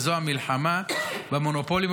וזו המלחמה במונופולים,